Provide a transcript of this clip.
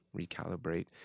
recalibrate